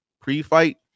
pre-fight